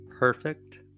perfect